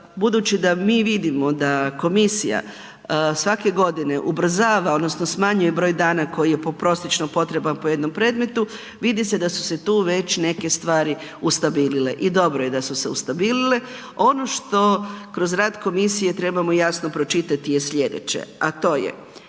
budući da mi vidimo da komisija svake godine ubrzava odnosno smanjuje broj dana koji je po prosječno potreban po jednom predmetu, vidi se da su se tu već neke stvari ustabilile i dobro je da su se ustabilile. Ono što kroz rad komisije trebamo jasno pročitati je slijedeće, a to je